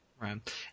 Right